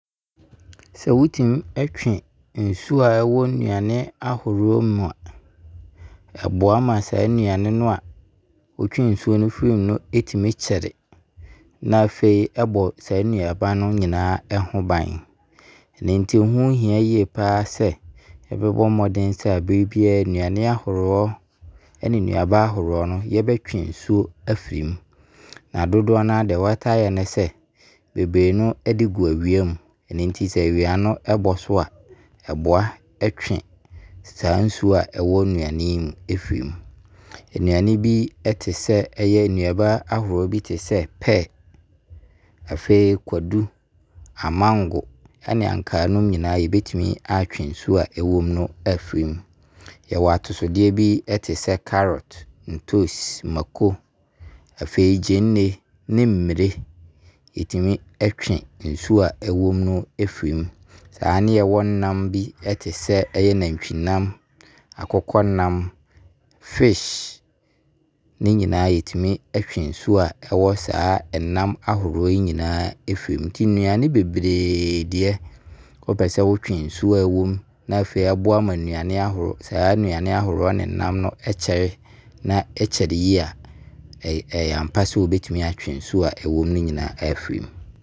Sɛ wo tumi twe nsuo a ɛwɔ nnuane ahoroɔ mu a, ɛboa ma saa nnuane no a, wo twee nsuo no firi mu no kyɛre. Na afei ɛbɔ saa nnuane ahoroɔ no nyinaa ho ban. Ɛnti ho hia yie paa sɛ wobɛbɔ mmɔden sɛ aberɛ biara mu no, nnuane ahoroɔ ɛne nnuaba ahoroɔ no, yɛbɛtwe nsuo no afiri mu. Na dodoɔ no a deɛ wɔtaa yɛ ne sɛ bebree no ɛde gu awia mu. Ɛno nti awia no bɔ so a, ɛboa twe saa nsuo a ɛwɔ nnuane yi mu firi mu. Nnuane bi ɛte sɛ, ɛyɛ nnuaba ahoroɔ bi te sɛ pear, afei kwadu, amango ɛne ankaa nom nyinaa yɛbɛtumi atwe nsuo a ɛwɔ mu no afiri mu. Yɛwɔ atosodeɛ bi te sɛ carrot, ntoes, maako afei gyeene ne mmire, yɛtumi twe nsuo ɛwɔ mu no firi mu. Saa ne yɛwɔ nnam bi te sɛ nantwinam, akokɔnam, fish ne nyinaa yɛtumi twe nsuo a ɛwɔ saa nnam ahoroɔ yi nyinaa mu firi mu. Nti nnuane bebree deɛ, wo pɛ sɛ wɔtwe nsuo a ɛwɔ mu na afei ɛboa ma nnuane ahoroɔ, saa nnuane ahoroɔ ne nnam no ɛkyɛre na ɛkyɛre yie a, ɛyɛ ampa sɛ wobɛtumi atwe nsuo a ɛwɔ mu no nyinaa afiri mu.